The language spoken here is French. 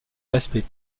l’aspect